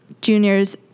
Juniors